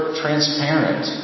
transparent